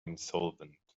insolvent